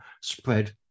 spread